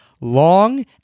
long